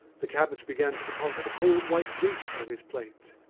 the cabbage began to deposit a cold white grease on his plate.